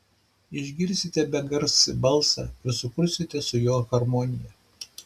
išgirsite begarsį balsą ir sukursite su juo harmoniją